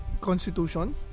Constitution